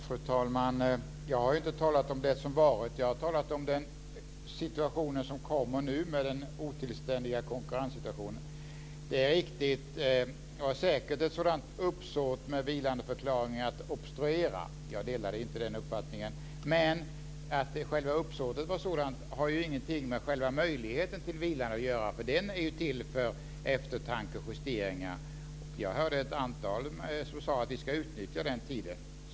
Fru talman! Jag har inte talat om det som har varit. Jag har talat om den situation som kommer nu, med den otillständiga konkurrenssituationen. Det är riktigt. Uppsåtet med vilandeförklaringen var säkert att obstruera. Jag delade inte den uppfattningen. Men att själva uppsåtet var sådant har ju ingenting med själva möjligheten till vila att göra, för den är ju till för eftertanke och justeringar. Jag hörde ett antal säga: Vi ska utnyttja den tiden.